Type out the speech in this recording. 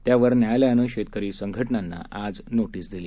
त्यावर न्यायालयानं शेतकरी संघटनांना आज नोटीस दिली